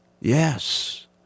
Yes